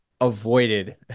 avoided